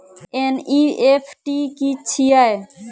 NEFT की छीयै?